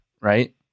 right